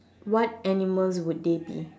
what animals would they be